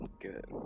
good